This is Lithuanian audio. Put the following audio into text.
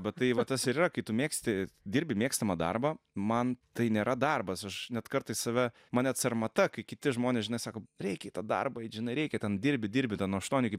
bet tai vat tas yra kai tu mėgsti dirbi mėgstamą darbą man tai nėra darbas aš net kartais save man net sarmata kai kiti žmonės žinai sako reikia į tą darbą eit žinai reikia ten dirbi dirbi tą nuo aštuonių iki